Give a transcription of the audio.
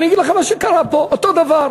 ואני אגיד לכם מה שקרה פה, אותו דבר.